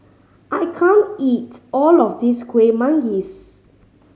I can't eat all of this Kueh Manggis